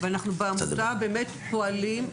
אנחנו בעמותה באמת פועלים.